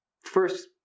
First